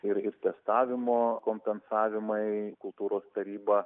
ir ir testavimo kompensavimai kultūros taryba